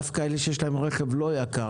דווקא אלה שיש להם רכב לא יקר,